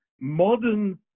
modern